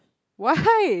why